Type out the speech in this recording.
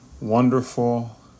wonderful